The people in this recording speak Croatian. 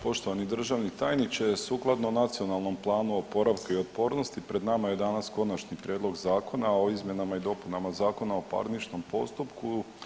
Poštovani državni tajniče sukladno Nacionalnom planu oporavka i otpornosti pred nama je danas Konačni prijedlog Zakona o izmjenama i dopunama Zakona o parničnom postupku.